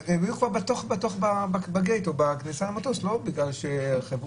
הם כבר היו בכניסה למטוס בגלל שלא